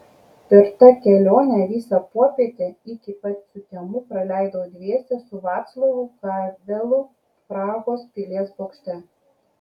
per tą kelionę visą popietę iki pat sutemų praleidau dviese su vaclavu havelu prahos pilies bokšte